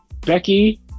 Becky